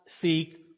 seek